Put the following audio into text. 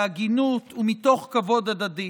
בהגינות ומתוך כבוד הדדי.